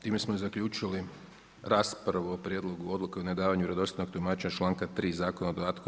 Time smo zaključili raspravu o prijedlogu odluke o nedavanju vjerodostojnog tumačenja članka 3. Zakona o dodatku